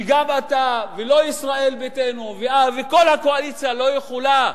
שגם לא אתה ולא ישראל ביתנו וכל הקואליציה לא יכולה.